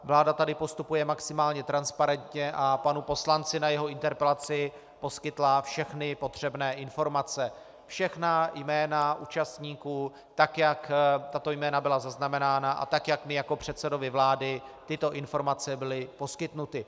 Vláda tady postupuje maximálně transparentně a panu poslanci na jeho interpelaci poskytla všechny potřebné informace, všechna jména účastníků, tak jak tato jména byla zaznamenána a tak jak mi jako předsedovi vlády tyto informace byly poskytnuty.